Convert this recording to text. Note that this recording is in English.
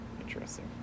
Interesting